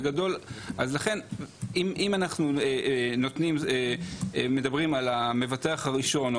לכן אם אנחנו מדברים על המבטח הראשון או